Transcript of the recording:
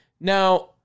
Now